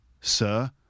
sir